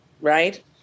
Right